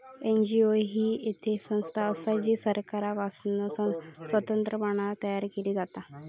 NGO ही येक संस्था असा जी सरकारपासना स्वतंत्रपणान तयार केली जाता